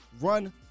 run